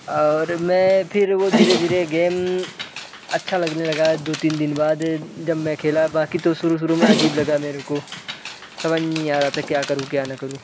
और मैं फिर वो धीरे धीरे गेम अच्छा लगने लगा दो तीन दिन बाद जब मैं खेला बाकि तो शुरू शुरू मे अजीब लगा मेरे को समझ नहीं आ रहा था क्या करूँ क्या ना करूँ